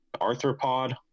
arthropod